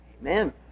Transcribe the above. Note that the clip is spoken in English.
Amen